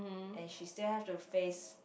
and she still have to face